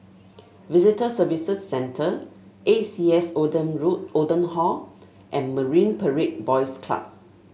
Visitor Services Centre A C S Oldham Road Oldham Hall and Marine Parade Boys Club